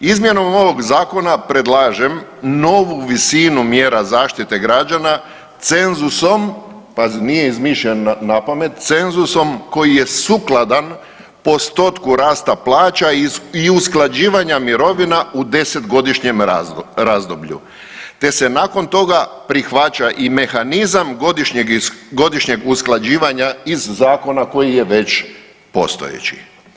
Izmjenom ovoga Zakona predlažem novu visinu mjera zaštite građana cenzusom, pazi nije izmišljen na pamet, cenzusom koji je sukladan postotku rasta plaća i usklađivanja mirovina u 10-godišnjem razdoblju te se nakon toga prihvaća i mehanizam godišnjeg usklađivanja iz zakona koji je već postojeći.